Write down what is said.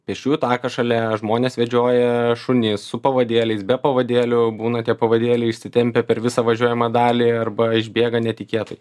pėsčiųjų taką šalia žmonės vedžioja šunis su pavadėliais be pavadėlių būna tie pavadėiai išsitempę per visą važiuojamą dalį arba išbėga netikėtai